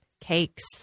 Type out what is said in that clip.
cakes